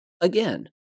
again